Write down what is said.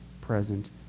present